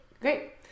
Great